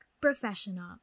Professional